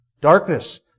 Darkness